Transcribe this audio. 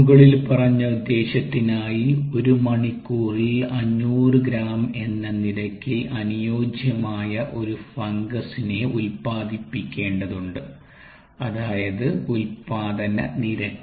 മുകളിൽ പറഞ്ഞ ഉദ്ദേശ്യത്തിനായി ഒരു മണിക്കൂറിൽ 500 ഗ്രാം എന്ന നിരക്കിൽ അനുയോജ്യമായ ഒരു ഫംഗസിനെ ഉത്പാദിപ്പിക്കേണ്ടതുണ്ട് അതായത് ഉൽപ്പാദന നിരക്ക്